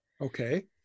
Okay